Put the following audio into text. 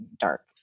dark